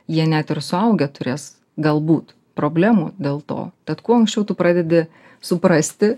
jie net ir suaugę turės galbūt problemų dėl to tad kuo anksčiau tu pradedi suprasti